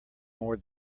more